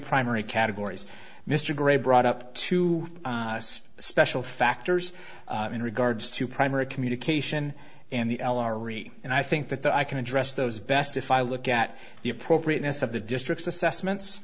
primary categories mr grey brought up to us special factors in regards to primary communication and the l r rate and i think that i can address those best if i look at the appropriateness of the district's assessments